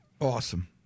Awesome